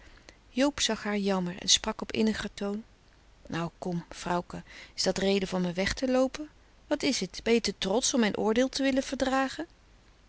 joob zag haar jammer en sprak op inniger toon nou kom vrouwke is dat reden van me weg te loopen wat is t ben je te trotsch om mijn oordeel te wille verdrage